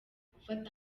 gufata